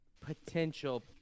potential